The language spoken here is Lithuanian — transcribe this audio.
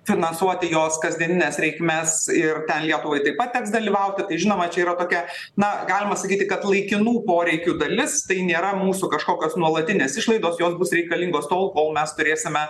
finansuoti jos kasdienines reikmes ir lietuvai taip pat teks dalyvauti tai žinoma čia yra tokia na galima sakyti kad laikinų poreikių dalis tai nėra mūsų kažkokios nuolatinės išlaidos jos bus reikalingos tol kol mes turėsime